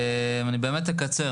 אני באמת אקצר